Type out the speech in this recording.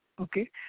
okay